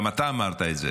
גם אתה אמרת את זה